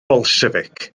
bolsiefic